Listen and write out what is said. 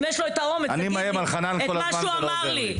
אם יש לו את האומץ להשמיע את מה שהוא אמר לי.